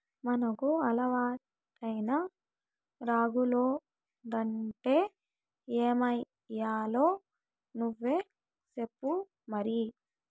మనకు అలవాటైన రాగులొద్దంటే ఏమయ్యాలో నువ్వే సెప్పు మరి